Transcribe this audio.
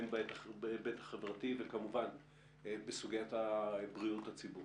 הן בהיבט החברתי וכמובן בסוגיית בריאות הציבור.